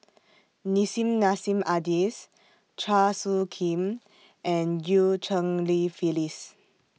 Nissim Nassim Adis Chua Soo Khim and EU Cheng Li Phyllis